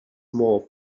more